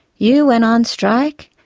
you went on strike,